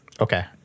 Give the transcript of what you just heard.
Okay